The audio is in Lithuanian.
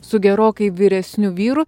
su gerokai vyresniu vyru